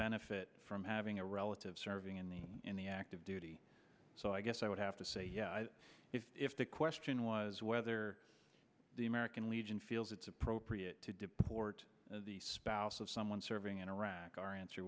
benefit from having a relative serving in the in the active duty so i guess i would have to say if the question was whether the american legion feels it's appropriate to deport the spouse of someone serving in iraq our answer